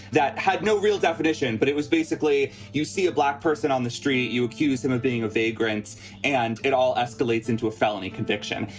that had no real definition. but it was basically you see a black person on the street. you accused him of being a vagrant and it all escalates into a felony conviction.